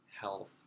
health